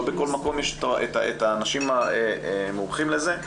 לא בכל מקום יש את המומחים לזה.